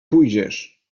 pójdziesz